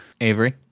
Avery